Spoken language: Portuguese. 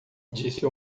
disse